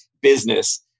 business